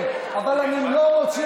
מפחד מהרבנים, אני מפחד